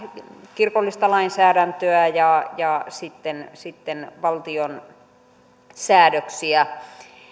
kirkollista lainsäädäntöä ja ja sitten sitten valtion säädöksiä